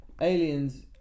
Aliens